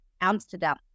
Amsterdam